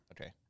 Okay